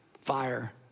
Fire